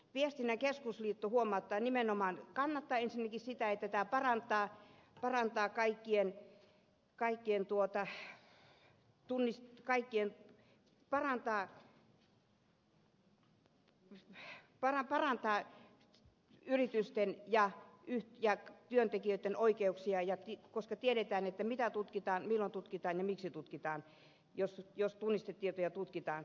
viestinnän keskusliitto kannattaa ensinnäkin sitä että tämä laki parantaa yritysten ja työntekijöitten oikeuksia koska tiedetään mitä tutkitaan milloin tutkitaan ja miksi tutkitaan jos tunnistetietoja tutkitaan